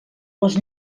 les